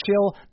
chill